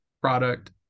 product